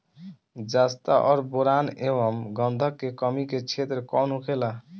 जस्ता और बोरान एंव गंधक के कमी के क्षेत्र कौन होखेला?